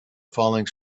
falling